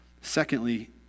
Secondly